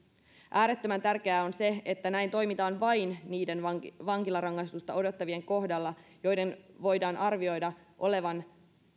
äärettömän tärkeää on se että näin toimitaan vain niiden vankilarangaistusta odottavien kohdalla joiden voidaan arvioida olevan